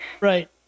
Right